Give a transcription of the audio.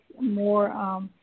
more